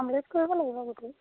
কৰিব লাগিব গোটেই